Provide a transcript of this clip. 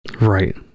Right